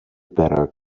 better